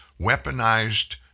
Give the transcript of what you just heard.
weaponized